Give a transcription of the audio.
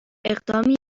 اقدامی